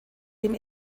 dem